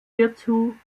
hierzu